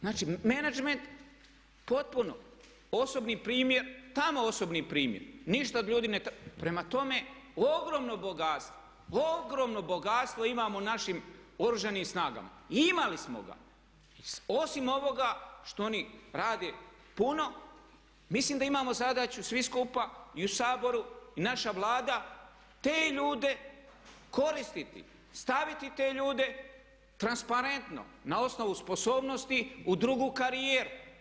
Znači menadžment potpuno, osobni primjer, tamo osobni primjer, ništa od ljudi ne, prema tome ogromno bogatstvo, ogromno bogatstvo imamo u našim Oružanim snagama i imali smo ga, osim ovoga što oni rade puno, mislim da imamo zadaću svi skupa i u Saboru i naša Vlada te ljude koristiti, staviti te ljude transparentno na osnovu sposobnosti u drugu karijeru.